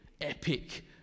epic